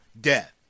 death